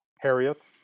Harriet